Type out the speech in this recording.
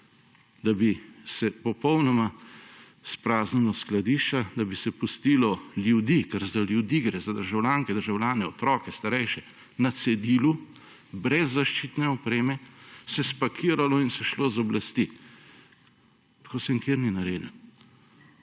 da bi se popolnoma izpraznilo skladišča, da bi se pustilo ljudi, ker za ljudi gre, za državljanke, državljane, otroke, starejše, na cedilu brez zaščitne opreme, se spakiralo in šlo z oblasti. Tako se nikjer ni naredilo.